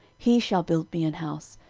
he shall build me an house,